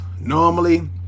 Normally